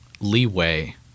leeway